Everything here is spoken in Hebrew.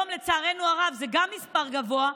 גם היום לצערנו הרב זה מספר גבוה,